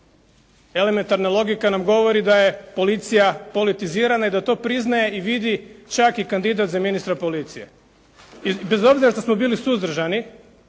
Elementarna logika nam govori da je policija politizirana i da to priznaje i vidi čak i kandidat za ministra policije. I bez obzira što smo bili suzdržani,